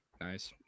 Nice